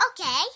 Okay